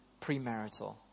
premarital